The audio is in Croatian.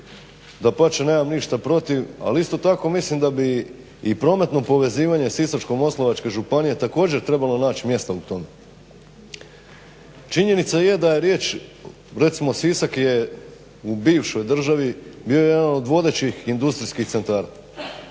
Dapače nemam ništa protiv ali isto tako mislim da bi i prometno povezivanje Sisačko-moslavačke županije također trebalo naći mjesta u tome. Činjenica je da je riječ recimo Sisak je u bivšoj državi bio jedan od vodećih industrijskih centara.